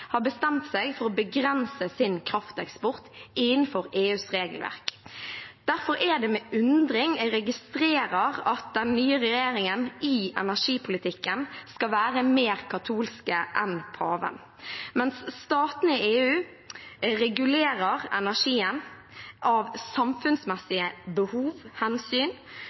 har bestemt seg for å begrense sin krafteksport innenfor EUs regelverk. Derfor er det med undring jeg registrerer at den nye regjeringen i energipolitikken skal være mer katolsk enn paven. Mens statene i EU regulerer energien av samfunnsmessige behov og hensyn,